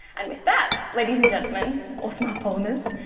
and with that, ladies and gentlemen, or smart polymers,